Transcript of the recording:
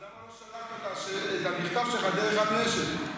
אז למה לא שלחת את המכתב שלך דרך עמי אשד?